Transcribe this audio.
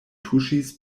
tuŝis